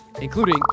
including